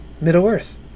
Middle-earth